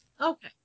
Okay